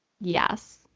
Yes